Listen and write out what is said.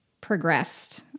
progressed